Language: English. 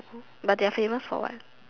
but they are famous for what